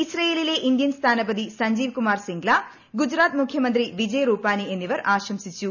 ഇസ്രയേലിലെ ഇന്ത്യൻ സ്ഥാനപതി സഞ്ജീവ് കുമാർ സിംഗ്ല ഗുജറാത്ത് മുഖ്യമന്ത്രി വിജയ് റൂപാനി എന്നിവർ ആശംസിച്ചു